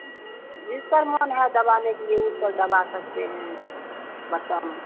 जिसपर मन है दबाने के लिए उसपर दबा सकते हैं बटन